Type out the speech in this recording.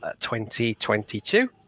2022